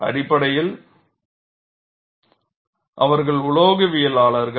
அடிப்படையில் அவர்கள் உலோகவியலாளர்கள்